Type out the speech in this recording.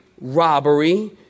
robbery